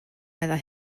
meddai